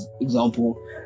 example